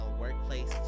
workplace